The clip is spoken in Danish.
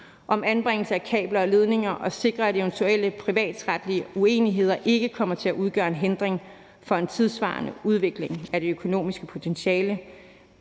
om anbringelse af kabler og ledninger og sikre, at eventuelle privatretlige uenigheder ikke kommer til at udgøre en hindring for en tidssvarende udvikling af det økonomiske potentiale